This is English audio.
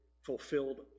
Fulfilled